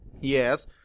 Yes